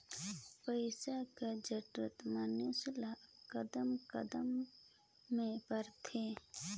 पइसा कर जरूरत मइनसे ल कदम कदम में परथे